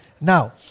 Now